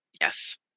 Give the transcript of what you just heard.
Yes